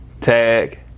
Tag